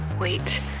wait